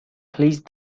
please